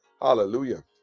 Hallelujah